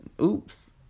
Oops